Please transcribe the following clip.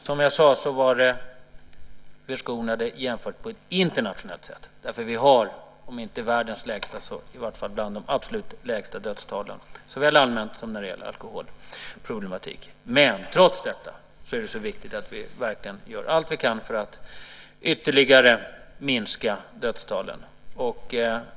Fru talman! Som jag sade är vi förskonade internationellt sett. Även om vi inte har världens lägsta dödstal så har vi i varje fall bland de absolut lägsta dödstalen såväl allmänt som när det gäller alkoholproblematiken. Trots detta är det viktigt att vi verkligen gör allt vi kan för att ytterligare minska dödstalen.